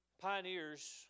Pioneers